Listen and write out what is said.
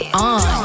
on